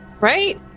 right